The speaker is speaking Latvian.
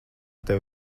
tevi